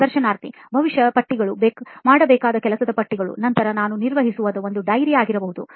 ಸಂದರ್ಶನಾರ್ಥಿ ಬಹುಶಃ ಪಟ್ಟಿಗಳು ಮಾಡಬೇಕಾದ ಕೆಲಸಗಳ ಪಟ್ಟಿಗಳು ನಂತರ ನಾನು ನಿರ್ವಹಿಸುವ ಒಂದು diary ಆಗಿರಬಹುದು